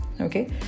Okay